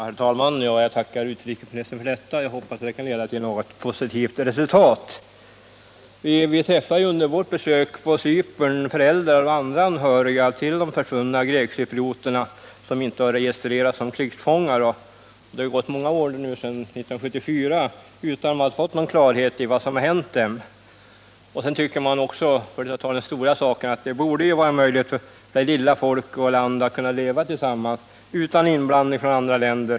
Herr talman! Jag tackar utrikesministern för detta och hoppas att det kan leda till ett positivt resultat. Under vårt besök på Cypern träffade vi föräldrar och andra anhöriga till de försvunna grekcyprioter som inte har registrerats som krigsfångar. Det har ju gått många år sedan 1974, utan att man har fått någon klarhet i vad som har hänt dem. Och för att tala om den stora saken: Det borde vara möjligt för dessa små folk att leva tillsammans utan inblandning av andra länder.